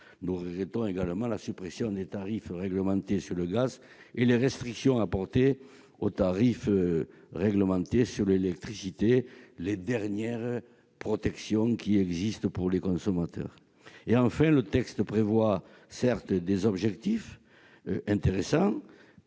Nous regrettons également la suppression des tarifs réglementés du gaz et les restrictions apportées aux tarifs réglementés de l'électricité, dernières protections qui existent pour les consommateurs. Enfin, si le texte fixe des objectifs intéressants,